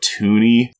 cartoony